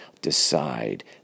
decide